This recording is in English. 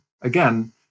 Again